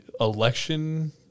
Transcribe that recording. election